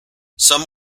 some